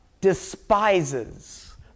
despises